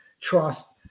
trust